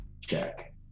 check